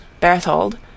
Berthold